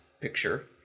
picture